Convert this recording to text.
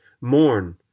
mourn